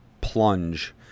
plunge